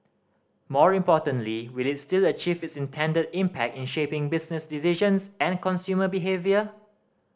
more importantly will it still achieve its intended impact in shaping business decisions and consumer behaviour